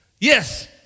Yes